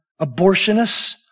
abortionists